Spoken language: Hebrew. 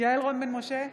יעל רון בן משה,